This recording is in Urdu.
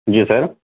جی سر